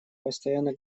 постоянно